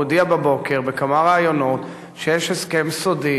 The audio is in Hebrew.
הוא הודיע בבוקר בכמה ראיונות שיש הסכם סודי